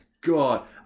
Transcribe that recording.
God